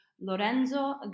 Lorenzo